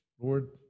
Lord